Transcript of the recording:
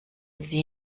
sie